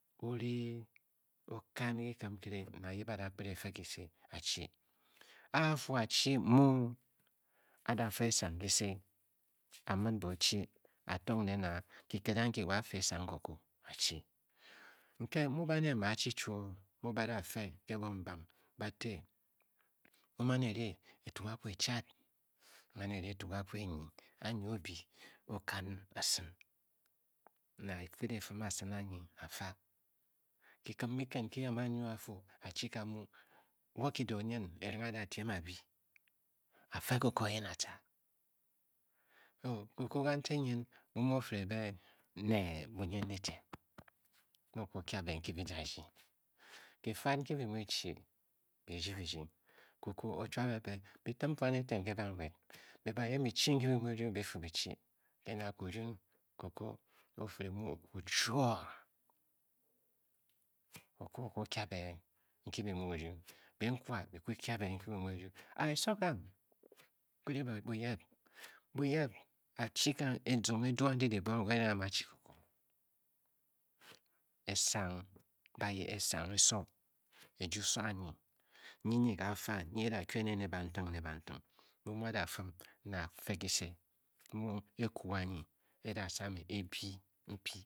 O rii o kan ke kiikim nkere ne ada yip a da kped e fe kise a chi a a fu a chi mu, a da fe esang ke se a mid boo chi a tong nen a kiked anki wo a fe esang koko a chi nke mu ba da fe ke bi-obam ba te o man e-riietukakwe kwu enyi a nyi oo-byi o-ka asin ne a kped e fim asin anyi a fa kikim kiked nki a mu a-rung a fu a chi ka wo ki da o nyin erenghe a da tiem a byi a fa koko eyen a tca a koko kantik nyin mumu o-fire be ne bumyin dyitiem mu o kwu o kye a be nki bi da rdyi kifad nki bi mu bi chi bi rdyi birdying koko o chua be be bi tim bwan eten kr banwed be ba yeb bi chi nki byi mu bi rung byi fu bj chi ke na kiruu koko o fire mu o kwu o-chwoo, koko o kwu o ky a br nki bi mu bi rung benkwa bi kwu bi kya be nki bi mu bi rung a eso gang? buyep, buyep a chi gang ki zong edu andi dibonghe wa ereng a mu a chi koko esanv bayeo, esang eso ejuu so anyi nyi nyi ga fa myi e da kgu ene nr ban tim nr bantim mu mu a de fim ne a fe kisr mu ekwu anyi e da sàmé e bii mpyi